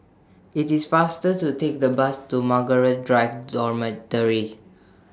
IT IS faster to Take The Bus to Margaret Drive Dormitory